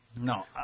No